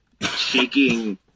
shaking